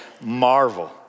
marvel